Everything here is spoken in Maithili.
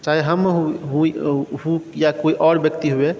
चाहे हम होइ या कोइ आओर व्यक्ति हुअए